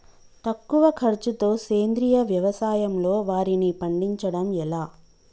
తక్కువ ఖర్చుతో సేంద్రీయ వ్యవసాయంలో వారిని పండించడం ఎలా?